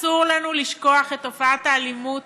אסור לנו לשכוח את תופעת האלימות